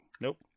nope